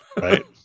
Right